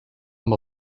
amb